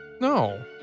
No